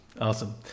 Awesome